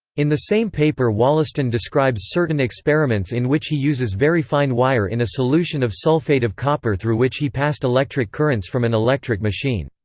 in the same paper wollaston describes certain experiments in which he uses very fine wire in a solution of sulphate of copper through which he passed electric currents from an electric machine.